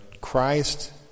Christ